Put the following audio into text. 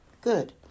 good